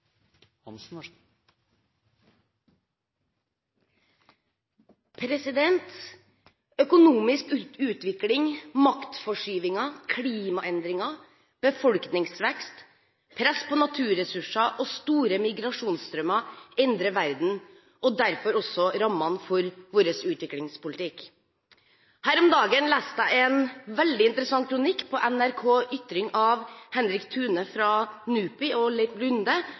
Økonomisk utvikling, maktforskyvning, klimaendringer, befolkningsvekst, press på naturressurser og store migrasjonsstrømmer endrer verden og derfor også rammene for vår utviklingspolitikk. Her om dagen leste jeg en veldig interessant kronikk på NRK Ytring av Henrik Thune fra NUPI og Leiv Lunde